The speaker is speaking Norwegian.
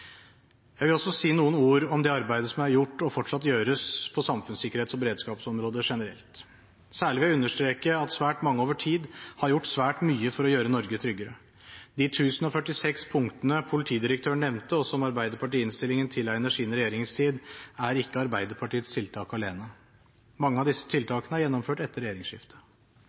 Jeg vil også si noen ord om det arbeidet som er gjort, og fortsatt gjøres, på samfunnssikkerhets- og beredskapsområdet generelt. Særlig vil jeg understreke at svært mange over tid har gjort svært mye for å gjøre Norge tryggere. De 1 046 punktene politidirektøren nevnte, og som Arbeiderpartiet i innstillingen tilegner sin regjeringstid, er ikke Arbeiderpartiets tiltak alene. Mange av disse